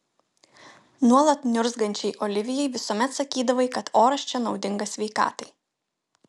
nuolat niurzgančiai olivijai visuomet sakydavai kad oras čia naudingas sveikatai